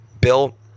Bill –